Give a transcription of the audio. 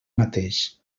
mateix